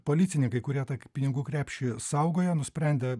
policininkai kurie tą pinigų krepšį saugojo nusprendė